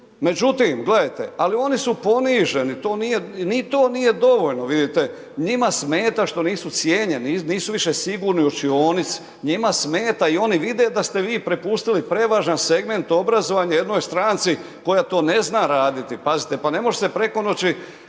Međutim gledajte, ali oni su poniženi, to nije, ni to nije dovoljno, vidite njima smeta što nisu cijenjeni, nisu više sigurni u učionici, njima smeta i oni vide da ste vi prepustili prevažan segment obrazovanja jednoj stranci koja to ne zna raditi, pazite, pa ne može se preko noći